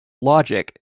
logic